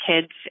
kids